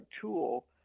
tool